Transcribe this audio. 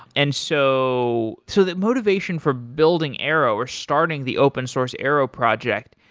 and so so the motivation for building arrow or starting the open source arrow project,